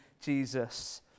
Jesus